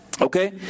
okay